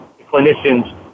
clinicians